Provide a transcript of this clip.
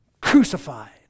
crucified